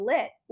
Lit